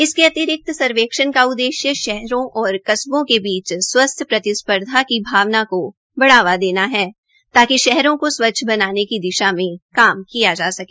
इसके अतिरिक्त सर्वेक्षण का उद्देश्य शहरों और कस्बों के बीच स्वस्थ प्रतिस्पर्धा की भावना को बढ़ावा देना है ताकि शहरों को स्वच्छ बनाने की दिशा में काम जा सके